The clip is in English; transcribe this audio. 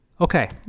Okay